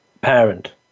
parent